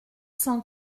cent